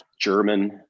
German